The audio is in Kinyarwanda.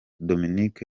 dominic